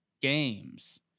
games